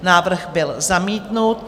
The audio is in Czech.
Návrh byl zamítnut.